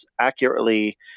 accurately